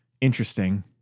interesting